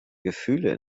gefühle